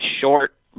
short